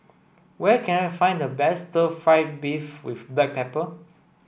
where can I find the best stir fry beef with black pepper